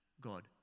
God